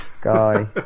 Guy